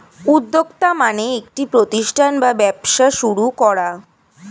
উদ্যোক্তা মানে একটি প্রতিষ্ঠান বা ব্যবসা শুরু করা